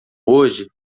hoje